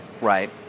Right